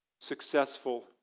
successful